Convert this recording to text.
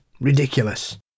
Ridiculous